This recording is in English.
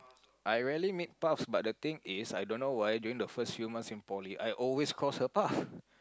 I rarely make paths but the thing is I don't why during the first few months in poly I always cross her path